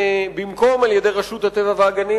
במקום על-ידי רשות הטבע והגנים,